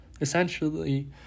Essentially